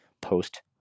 post